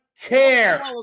Care